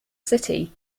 city